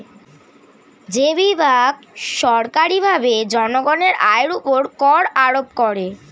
যে বিভাগ সরকারীভাবে জনগণের আয়ের উপর কর আরোপ করে